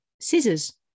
scissors